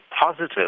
positive